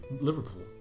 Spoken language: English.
Liverpool